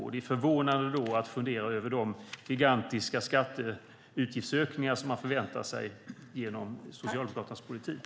Det är då förvånande att fundera över de gigantiska skatteutgiftsökningar som man förväntar sig genom Socialdemokraternas politik.